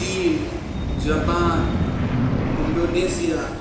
चीन Japan Indonesia